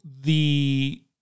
the-